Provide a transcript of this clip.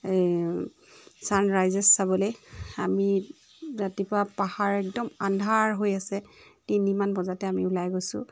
এই চানৰাইজেছ চাবলৈ আমি ৰাতিপুৱা পাহাৰ একদম আন্ধাৰ হৈ আছে তিনিমান বজাতে আমি ওলাই গৈছোঁ